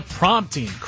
prompting